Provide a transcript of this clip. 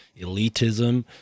elitism